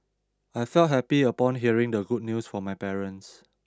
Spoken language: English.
I felt happy upon hearing the good news from my parents